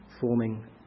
forming